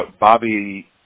Bobby